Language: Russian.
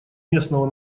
местного